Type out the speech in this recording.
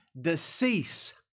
decease